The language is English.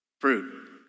fruit